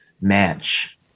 match